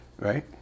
Right